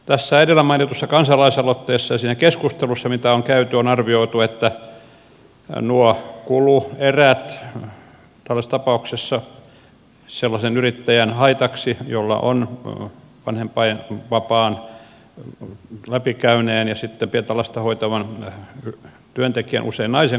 tässä edellä mainitussa kansalaisaloitteessa ja siinä keskustelussa mitä on käyty on arvioitu noita kulueriä jotka tällaisessa tapauksessa aiheutuvat sellaisen yrittäjän haitaksi jolla on vanhempainvapaan läpikäynyt ja sitten pientä lasta hoitava työntekijä usein nainen